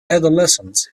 adolescence